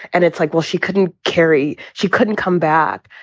and it's like, well, she couldn't carry she couldn't come back.